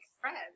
friends